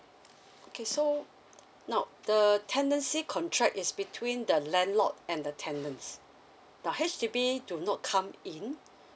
okay so now the tenancy contract is between the landlord and the tenants now H_D_B do not come in